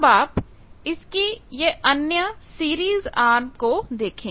अब आप इसकी यह अन्य सिरीज आर्म को देखें